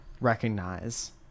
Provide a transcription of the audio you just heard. recognize